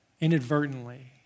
inadvertently